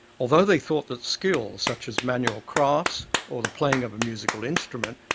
although they thought that skills, such as manual crafts, or the playing of a musical instrument,